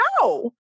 No